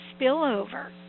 spillover